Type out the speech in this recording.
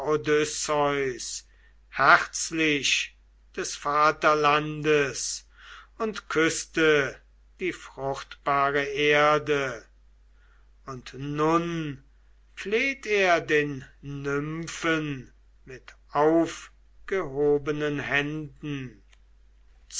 herzlich des vaterlandes und küßte die fruchtbare erde und nun fleht er den nymphen mit aufgehobenen händen